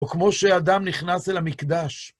או כמו שאדם נכנס אל המקדש.